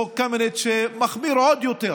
חוק קמיניץ, שמחמיר עוד יותר